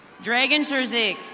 dregen drazee.